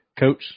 Coach